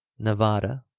nevada,